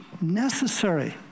necessary